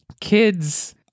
kids